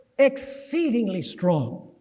exceedingly strong.